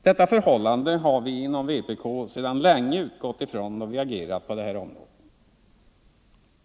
Detta förhållande har vi inom vpk sedan länge utgått från då vi agerat på detta område.